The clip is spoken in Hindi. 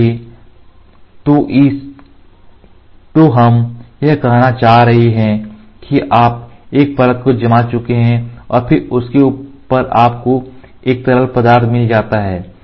इसलिए तो हम यह कहना चाह रहे हैं कि आप एक परत को जमा चुके हैं और फिर उसके ऊपर आपको एक तरल पदार्थ मिला है